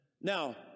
Now